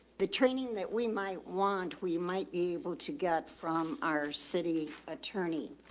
the training that we might want, we might be able to get from our city attorney,